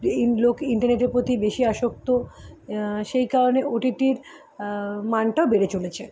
এই লোক ইন্টারনেটের প্রতি বেশি আসক্ত সেই কারণে ও টি টির মানটাও বেড়ে চলেছে